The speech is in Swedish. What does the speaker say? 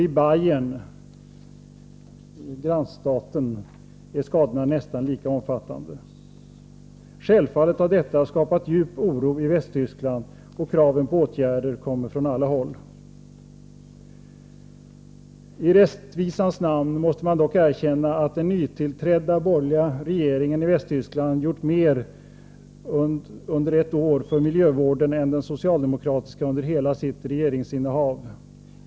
I Bayern, grannstaten, är skadorna nästan lika omfattande. Självfallet har detta skapat djup oro i Västtyskland, och kraven på åtgärder kommer från alla håll. I rättvisans namn måste man dock erkänna att den nytillträdda borgerliga regeringen i Västtyskland under ett år gjort mer för miljövården än den socialdemokratiska under hela sitt regeringsinnehav.